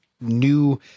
new